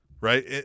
Right